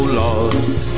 lost